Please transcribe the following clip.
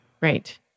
Right